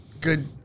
good